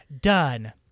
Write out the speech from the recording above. done